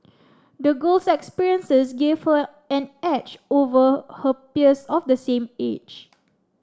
the girl's experiences gave her an edge over her peers of the same age